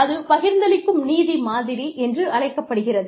அது பகிர்ந்தளிக்கும் நீதி மாதிரி என்று அழைக்கப்படுகிறது